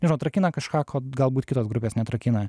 nežinau atrakina kažką ko galbūt kitos grupės neatrakina